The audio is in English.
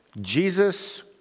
Jesus